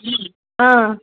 ఆ